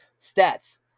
Stats